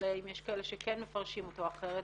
אבל אם יש כאלה שכן מפרשים אותו אחרת